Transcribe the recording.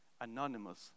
anonymous